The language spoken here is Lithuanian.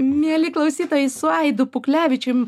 mieli klausytojai su aidu puklevičium